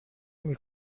نمی